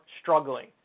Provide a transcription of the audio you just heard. struggling